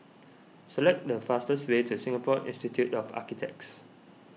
select the fastest way to Singapore Institute of Architects